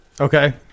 Okay